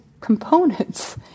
components